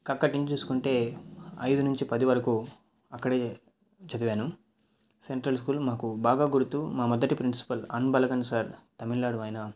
అక్కడి నుంచి చూసుకుంటే అయిదు నుంచి పది వరకు అక్కడే చదివాను సెంట్రల్ స్కూల్ మాకు బాగా గుర్తు మా మొదటి ప్రిన్సిపల్ అంబలగన్ సార్ తమిళనాడు ఆయన